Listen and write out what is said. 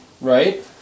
Right